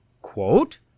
quote